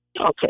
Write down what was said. okay